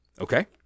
Okay